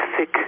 thick